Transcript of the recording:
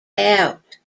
out